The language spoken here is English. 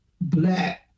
black